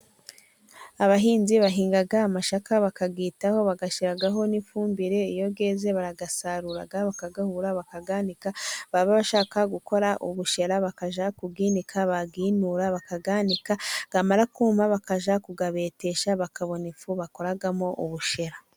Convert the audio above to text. Abahinzi bahinga amasakaka bakabyitaho bagashyiragaho n'ifumbire iyo yeeze bakayasarura, bakayahura, bakayanika baba bashaka gukora ubushera bakajya kuyinika, bayiyinura bakayanika yamara kuma bakajya kuyabetesha bakabona ifu bakoramo ubushera.